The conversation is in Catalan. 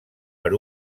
per